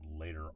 later